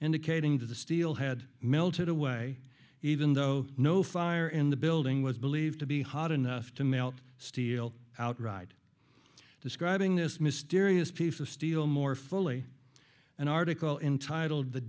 indicating that the steel had melted away even though no fire in the building was believed to be hot enough to melt steel outright describing this mysterious piece of steel more fully an article entitled the